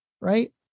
right